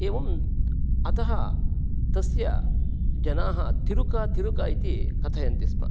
एवम् अतः तस्य जनाः तिरुका तिरुका इति कथयन्ति स्म